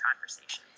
conversations